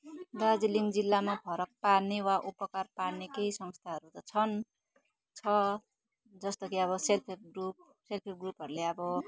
दार्जिलिङ जिल्लामा फरक पार्ने वा उपकार पार्ने केही संस्थाहरू त छन् छ जस्तो कि अब self help group self help ग्रुपहरूले अब